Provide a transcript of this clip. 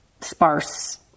sparse